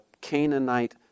Canaanite